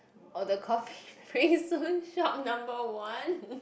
oh the coffee prince shop number one